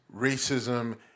racism